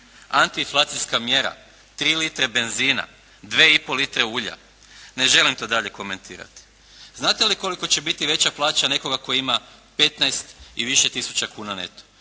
Antiinflacijska mjera, 3 litre benzina, 2,5 litre ulja, ne želim to dalje komentirati. Znate li koliko će biti veća plaća nekoga tko ima 15 i više tisuća kuna neto?